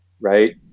right